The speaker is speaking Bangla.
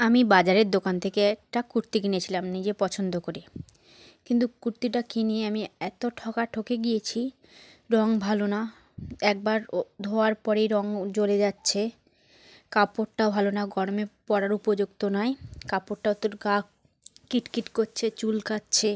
আমি বাজারের দোকান থেকে একটা কুর্তি কিনেছিলাম নিজে পছন্দ করে কিন্তু কুর্তিটা কিনে আমি এতো ঠগা ঠগে গিয়েছি রঙ ভালো না একবার ও ধোয়ার পরেই রঙ ও জ্বলে যাচ্ছে কাপড়টাও ভালো না গরমে পরার উপযুক্ত নয় কাপড়টাতোর গা কিটকিট করছে চুলকাচ্ছে